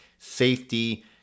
Safety